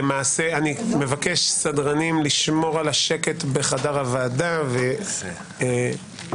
מבקש לשמור על השקט בחדר הוועדה ולהזכיר